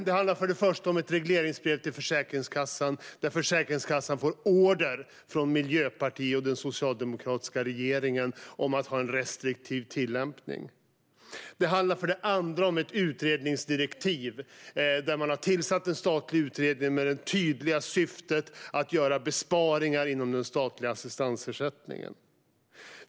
Det första handlar om ett regleringsbrev till Försäkringskassan, där Försäkringskassan får order från den miljöpartistiska och socialdemokratiska regeringen om att ha en restriktiv tillämpning. Det andra handlar om ett utredningsdirektiv. Man har tillsatt en statlig utredning med det tydliga syftet att göra besparingar inom den statliga assistansersättningen.